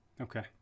Okay